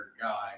guy